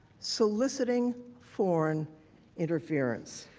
soliciting foreign interference.